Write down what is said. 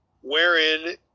wherein